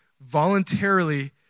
voluntarily